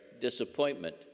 disappointment